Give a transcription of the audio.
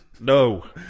No